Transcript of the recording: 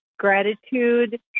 Gratitude